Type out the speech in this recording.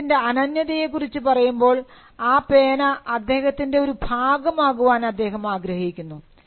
അദ്ദേഹത്തിൻറെ അനന്യതയെ കുറിച്ച് പറയുമ്പോൾ ആ പേന അദ്ദേഹത്തിൻറെ ഒരു ഭാഗമാകുവാൻ അദ്ദേഹം ആഗ്രഹിക്കുന്നു